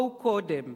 בואו קודם.